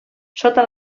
sota